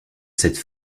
cette